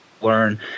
learn